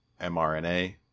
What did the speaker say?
mrna